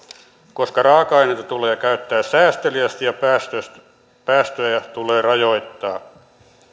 koska raaka aineita tulee käyttää säästeliäästi ja päästöjä tulee rajoittaa